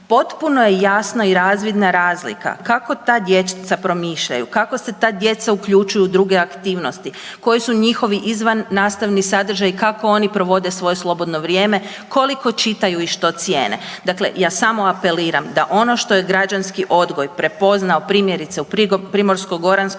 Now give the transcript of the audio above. potpuno je jasna i razvidna razlika kako ta dječica promišljaju, kako se ta djeca uključuju u druge aktivnosti, koji su njihovi izvannastavni sadržaji, kako oni provode svoje slobodno vrijeme, koliko čitaju i što cijene. Dakle, ja samo apeliram, da ono što je građanski odgoj prepoznao, primjerice, u Primorsko-goranskoj